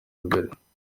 mbere